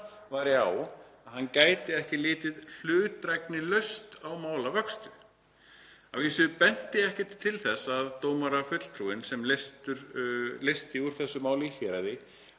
var á að hann gæti ekki litið hlutdrægnislaust á málavöxtu. Að vísu bendi ekkert til þess að dómarafulltrúinn, sem leysti úr þessu máli í héraði,